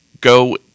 go